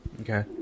Okay